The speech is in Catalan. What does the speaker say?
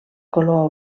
color